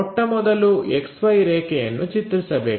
ಮೊಟ್ಟಮೊದಲು XY ರೇಖೆಯನ್ನು ಚಿತ್ರಿಸಬೇಕು